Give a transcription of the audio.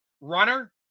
runner